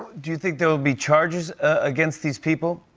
do you think there will be charges against these people?